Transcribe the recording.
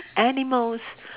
animals